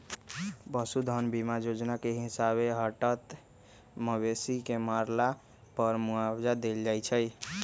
पशु धन बीमा जोजना के हिसाबे हटात मवेशी के मरला पर मुआवजा देल जाइ छइ